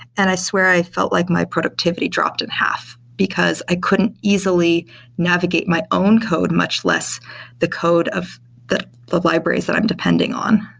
and i swear i felt like my productivity dropped i and half, because i couldn't easily navigate my own code, much less the code of the libraries that i'm depending on.